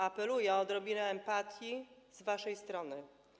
Apeluję o odrobinę empatii z waszej strony.